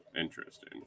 Interesting